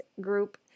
Group